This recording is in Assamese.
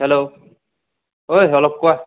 হেল্ল' অ'ই অলক কোৱা